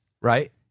Right